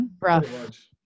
rough